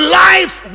life